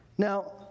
Now